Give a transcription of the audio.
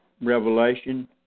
Revelation